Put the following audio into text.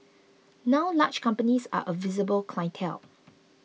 now large companies are a visible clientele